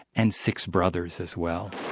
and six brothers as well.